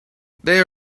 they